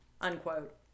unquote